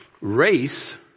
Race